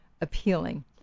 appealing